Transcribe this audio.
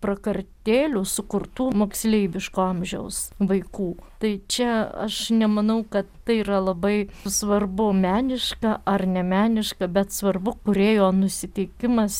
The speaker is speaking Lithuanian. prakartėlių sukurtų moksleiviško amžiaus vaikų tai čia aš nemanau kad tai yra labai svarbu meniška ar nemeniška bet svarbu kūrėjo nusiteikimas